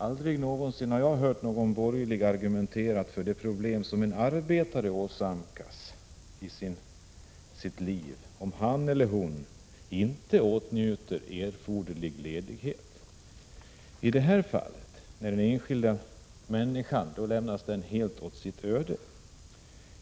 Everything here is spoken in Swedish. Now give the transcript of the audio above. Aldrig någonsin har jag hört någon borgerlig representant argumentera för en arbetare som åsamkas problem på grund av att han eller hon inte åtnjuter erforderlig ledighet. I detta fall lämnas den enskilda människan helt åt sitt öde.